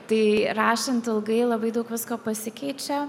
tai rašant ilgai labai daug visko pasikeičia